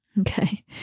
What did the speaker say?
Okay